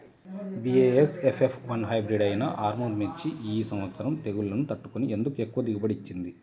BASF F one hybrid అయినా ఆర్ముర్ మిర్చి ఈ సంవత్సరం తెగుళ్లును తట్టుకొని ఎందుకు ఎక్కువ దిగుబడి ఇచ్చింది?